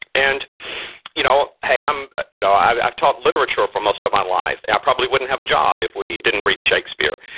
and you know hey, you know i've i've taught literature for most of my life and i probably wouldn't have a job if we didn't read shakespeare.